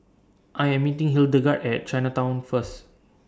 I Am meeting Hildegard At Chinatown First